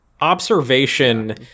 Observation